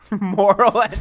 Moral